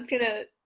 good to